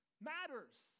matters